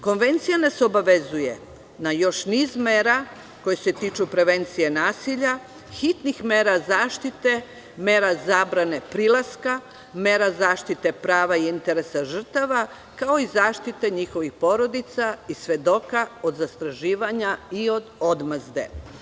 Konvencija nas obavezuje na još niz mera koje se tiču prevencije nasilja, hitnih mera zaštite, mera zabrane prilaska, mera zaštite prava i interesa žrtava, kao i zaštite njihovih porodica i svedoka od zastrašivanja i od odmazde.